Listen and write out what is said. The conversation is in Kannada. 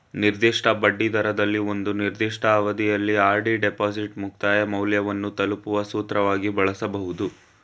ನಿರ್ದಿಷ್ಟ ಬಡ್ಡಿದರದಲ್ಲಿ ಒಂದು ನಿರ್ದಿಷ್ಟ ಅವಧಿಯಲ್ಲಿ ಆರ್.ಡಿ ಡಿಪಾಸಿಟ್ ಮುಕ್ತಾಯ ಮೌಲ್ಯವನ್ನು ತಲುಪುವ ಸೂತ್ರವಾಗಿ ಬಳಸಬಹುದು